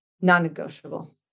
non-negotiable